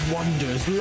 Wonders